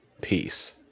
peace